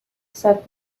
said